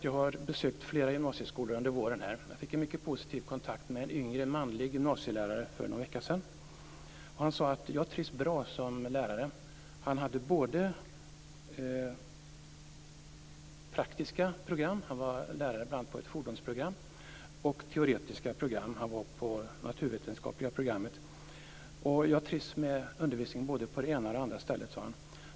Jag har besökt flera gymnasieskolor under våren, och jag fick en mycket positiv kontakt med en yngre manlig gymnasielärare för någon vecka sedan. Han sade: Jag trivs bra som lärare. Han hade både praktiska program - han var bl.a. lärare på ett fordonsprogram - och teoretiska program. Han undervisade också på det naturvetenskapliga programmet. Jag trivs med undervisningen både på det ena och det andra stället, sade han.